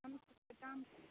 आम सबके दाम की